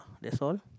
that's all